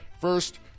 first